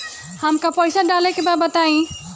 हमका पइसा डाले के बा बताई